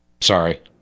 Sorry